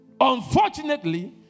Unfortunately